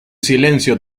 silencio